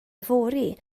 fory